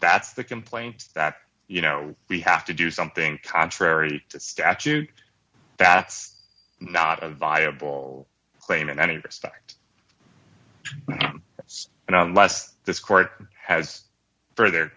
that's the complaint that you know we have to do something contrary to statute that's not a viable claim in any respect and unless this court has further